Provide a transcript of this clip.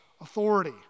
authority